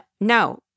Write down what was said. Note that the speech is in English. no